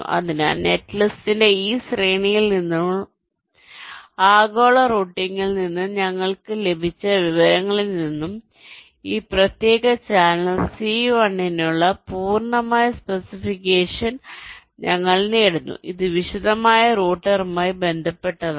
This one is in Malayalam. അതിനാൽ നെറ്റ് ലിസ്റ്റിന്റെ ഈ ശ്രേണിയിൽ നിന്നും ആഗോള റൂട്ടിംഗിൽ നിന്ന് ഞങ്ങൾക്ക് ലഭിച്ച വിവരങ്ങളിൽ നിന്നും ഈ പ്രത്യേക ചാനൽ C1 നുള്ള C1 നുള്ള പൂർണ്ണമായ സ്പെസിഫിക്കേഷൻ ഞങ്ങൾ നേടുന്നു ഇത് വിശദമായ റൂട്ടറുമായി ബന്ധപ്പെട്ടതാണ്